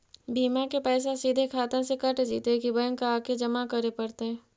बिमा के पैसा सिधे खाता से कट जितै कि बैंक आके जमा करे पड़तै?